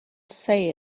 say